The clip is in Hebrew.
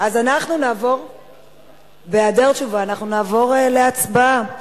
אז בהיעדר תשובה נעבור להצבעה.